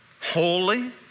Holy